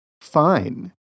fine